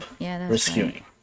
rescuing